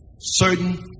certain